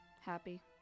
Happy